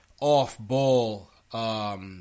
off-ball